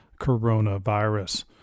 coronavirus